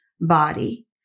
body